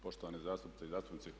Poštovane zastupnice i zastupnici.